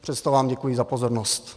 Přesto vám děkuji za pozornost.